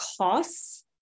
costs